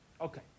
Okay